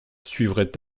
suivraient